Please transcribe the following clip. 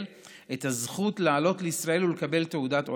את הזכות לעלות לישראל ולקבל תעודת עולה.